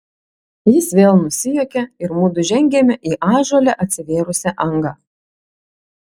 jis vėl nusijuokė ir mudu žengėme į ąžuole atsivėrusią angą